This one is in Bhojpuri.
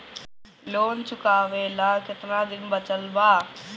लोन चुकावे ला कितना दिन बचल बा?